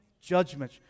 judgment